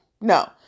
no